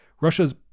Russia's